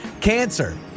Cancer